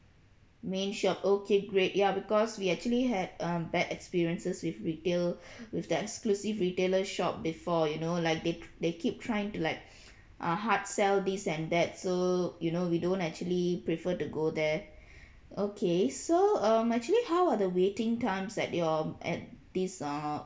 main shop okay great ya because we actually had um bad experiences with retail with the exclusive retailer shop before you know like they they keep trying to like uh hard sell this and that so you know we don't actually prefer to go there okay so um actually how are the waiting times at your at this err